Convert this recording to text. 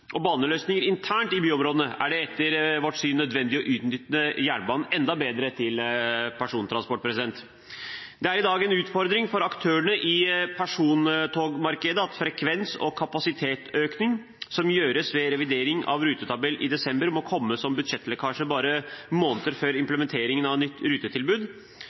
og baneløsninger internt i byområdene er det etter vårt syn nødvendig å utnytte jernbanen enda bedre til persontransport. Det er i dag en utfordring for aktørene i persontogmarkedet at frekvens og kapasitetsøkning som gjøres ved revidering av rutetabell i desember, må komme som budsjettlekkasje bare måneder før implementeringen av nytt rutetilbud.